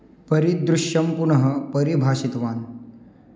परिदृश्यं पुनः परिभाषितवान्